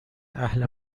اهل